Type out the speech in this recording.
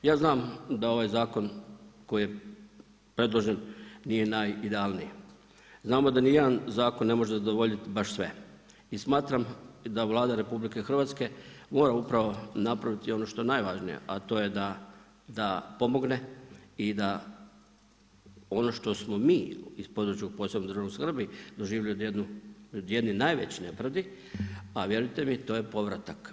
Ja znam da ovaj zakon koji je predložen nije najidealniji, znamo da nijedan zakon ne može zadovoljiti baš sve i smatram da Vlada RH mora upravo napraviti ono što je najvažnije a to je da pomogne i da ono što smo mi iz područja posebne državne skrbi doživjeli od jednih najvećih nepravdi, a vjerujte mi to je povratak.